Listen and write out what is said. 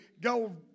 go